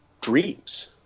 dreams